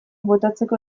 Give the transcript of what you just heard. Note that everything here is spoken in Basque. botatzeko